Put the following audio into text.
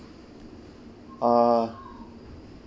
uh